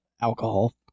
alcohol